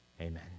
Amen